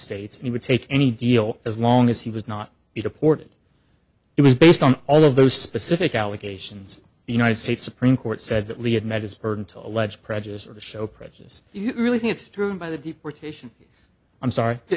states and he would take any deal as long as he was not be deported it was based on all of those specific allegations united states supreme court said that lee had met its burden to allege prejudice or to show precious you really think it's true by the deportation i'm sorry